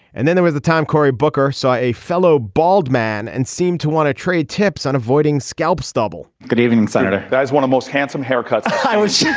and then there was the time cory booker saw a fellow bald man and seemed to want to trade tips on avoiding scalp stubble. good evening senator that is one of most handsome haircuts i was yeah